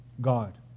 God